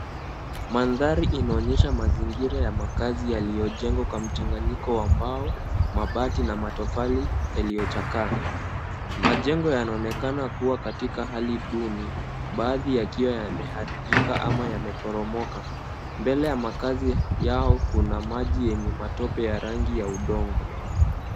Mandhari inaonyesha mazingira ya makazi yaliyojengwa kwa mchanganyiko wa mbao, mabati na matofali yaliyochakaa. Majengo yanaonekana kuwa katika hali duni, baadhi yakiwa yameharibika ama yameporomoka. Mbele ya makazi yao kuna maji yenye matope ya rangi ya udongo.